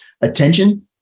attention